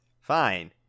Fine